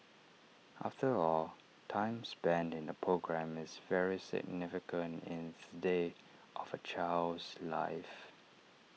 after all time spent in A programme is very significant in the day of A child's life